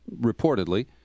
reportedly